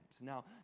Now